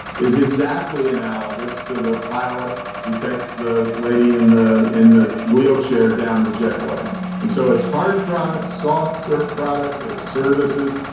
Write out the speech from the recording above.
is exactly analogous to the pilot who takes the lady in the in the wheelchair down the jet way and so it's hard products, soft so products, it's services,